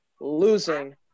losing